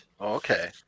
Okay